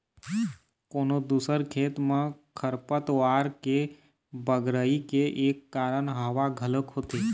कोनो दूसर खेत म खरपतवार के बगरई के एक कारन हवा घलोक होथे